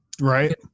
right